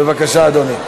בבקשה, אדוני.